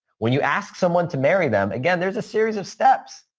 when you ask someone to marry them, again, there's a series of steps.